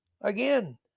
Again